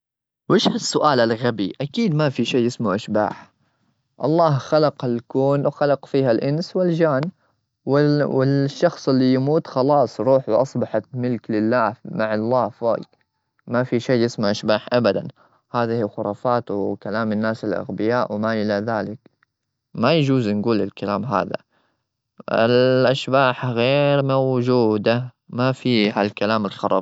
وش هالسؤال الغبي؟ أكيد ما في شيء اسمه أشباح. الله خلق الكون وخلق فيها الإنس والجان. وال-والشخص اللي يموت، خلاص روحه أصبحت ملك لله، مع الله فوج. ما في شيء اسمه أشباح أبدا. هذه خرافات وكلام الناس الأغبياء وما إلى ذلك. ما يجوز نجول الكلام هذا. الأشباح غير موجودة. ما في هالكلام الخرف.